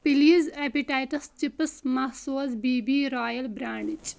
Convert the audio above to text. please potatoes chips مَہ سوز B B Royal برینڈٕچ